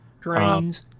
Drains